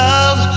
Love